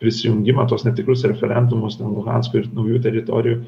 prisijungimą tuos netikrus referendumus luhansko ir naujų teritorijų